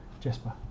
Jesper